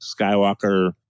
Skywalker